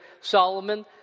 Solomon